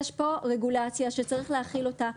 יש פה רגולציה שצריך להחיל אותה,